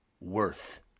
worth